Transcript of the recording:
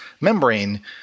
membrane